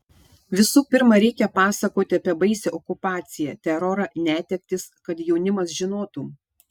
visų pirma reikia pasakoti apie baisią okupaciją terorą netektis kad jaunimas žinotų